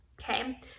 Okay